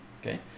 Okay